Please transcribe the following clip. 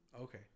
okay